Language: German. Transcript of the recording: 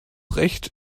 recht